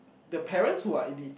the parents who are elite